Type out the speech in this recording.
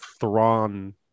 Thrawn